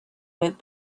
with